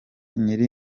nyiri